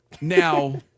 Now